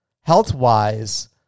health-wise